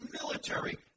military